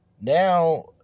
Now